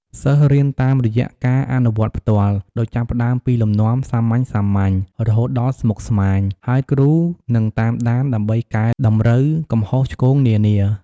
សិស្សរៀនតាមរយៈការអនុវត្តផ្ទាល់ ដោយចាប់ផ្តើមពីលំនាំសាមញ្ញៗ រហូតដល់ស្មុគស្មាញ ហើយគ្រូនឹងតាមដាន ដើម្បីកែតម្រូវកំហុសឆ្គងនានា។